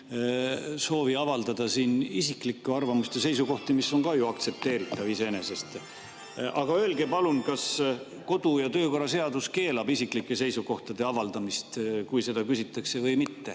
soovi avaldada siin isiklikku arvamust ja seisukohti, mis on ka ju iseenesest aktsepteeritav. Öelge palun, kas kodu- ja töökorra seadus keelab isikliku seisukoha avaldamist, kui seda küsitakse, või mitte.